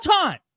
time